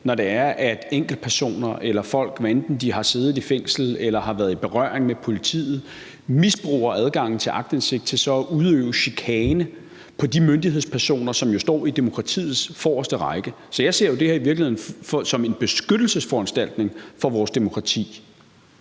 når der er enkeltpersoner, hvad enten de har siddet i fængsel eller de i øvrigt har været i berøring med politiet, der misbruger adgangen til aktindsigt til så at udøve chikane på de myndighedspersoner, som jo står i demokratiets forreste række. Så jeg ser jo i virkeligheden det her som en beskyttelsesforanstaltning for vores demokrati.